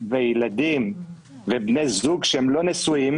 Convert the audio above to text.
ילדים ובני זוג שאינם נשואים,